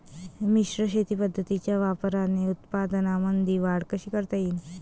मिश्र शेती पद्धतीच्या वापराने उत्पन्नामंदी वाढ कशी करता येईन?